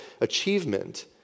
achievement